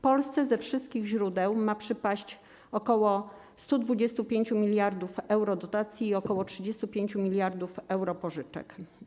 Polsce ze wszystkich źródeł ma przypaść ok. 125 mld euro dotacji i ok. 35 mld euro pożyczek.